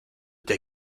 day